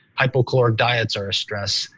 hypo-caloric diets are a stress,